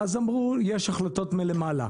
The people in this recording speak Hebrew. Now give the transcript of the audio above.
אז אמרו: יש החלטות מלמעלה.